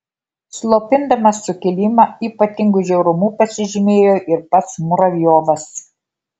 slopindamas sukilimą ypatingu žiaurumu pasižymėjo ir pats muravjovas